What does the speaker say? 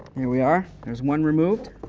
here we are. there's one removed.